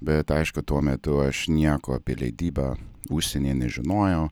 bet aišku tuo metu aš nieko apie leidybą užsienyje nežinojau